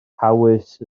hawys